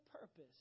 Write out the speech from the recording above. purpose